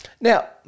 Now